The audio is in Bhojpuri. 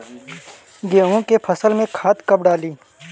गेहूं के फसल में खाद कब डाली?